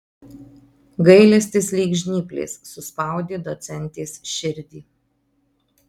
gailestis lyg žnyplės suspaudė docentės širdį